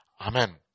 Amen